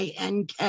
INK